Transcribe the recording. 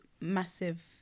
massive